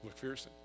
McPherson